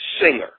singer